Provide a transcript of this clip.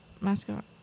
mascot